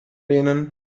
lehnen